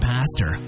Pastor